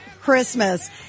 Christmas